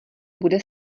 bude